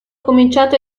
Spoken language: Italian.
cominciato